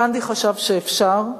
גנדי חשב שאפשר,